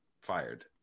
fired